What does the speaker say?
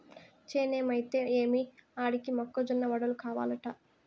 చేనేమైతే ఏమి ఆడికి మొక్క జొన్న వడలు కావలంట